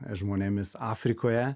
žmonėmis afrikoje